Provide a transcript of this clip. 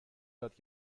یاد